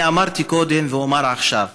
אני אמרתי קודם ואומר עכשיו: